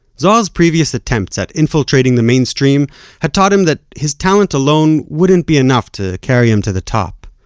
zohar's previous attempts at infiltrating the mainstream had taught him that his talent alone wouldn't be enough to carry him to the top.